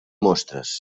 mostres